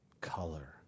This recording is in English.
color